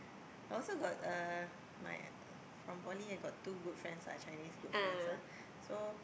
I also got uh my from poly I got two good friends ah Chinese good friends ah so